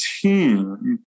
team